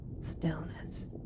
stillness